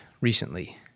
recently